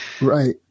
right